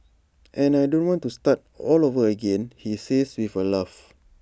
and I don't want to start all over again he says with A laugh